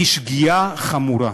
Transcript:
היא שגיאה חמורה.